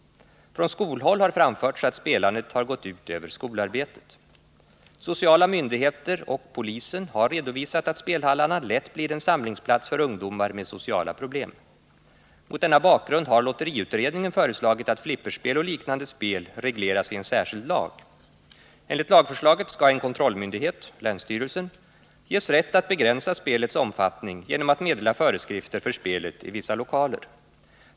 Från skolhåll har framförts att spelandet har gått ut över skolarbetet. Sociala myndigheter och polisen har redovisat att spelhallarna lätt blir en samlingsplats för ungdomar med sociala problem. Mot denna bakgrund har lotteriutredningen föreslagit att flipperspel och liknande spel regleras i en särskild lag. Enligt lagförslaget skall en kontrollmyndighet, länsstyrelsen, ges rätt att begränsa spelets omfattning genom att meddela föreskrifter för spelet i vissa lokaler.